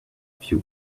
few